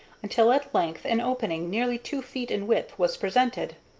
until at length an opening nearly two feet in width was presented.